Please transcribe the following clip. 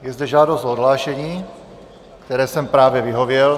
Je zde žádost o odhlášení, které jsem právě vyhověl.